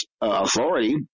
authority